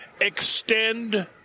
extend